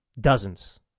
dozens